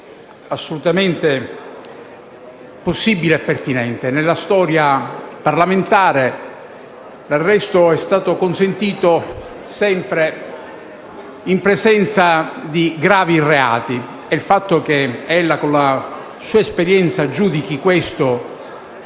assolutamente possibile e pertinente. Nella storia parlamentare, l'arresto è stato consentito sempre in presenza di gravi reati. Ella, con la sua esperienza, giudica questo